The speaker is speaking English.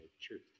truth